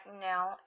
now